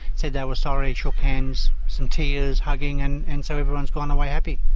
said they were sorry, shook hands, some tears, hugging, and and so everyone's gone away happy.